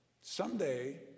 Someday